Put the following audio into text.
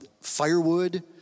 firewood